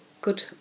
good